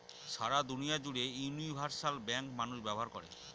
সারা দুনিয়া জুড়ে universal bank মানুষ ব্যবহার করে